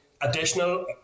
additional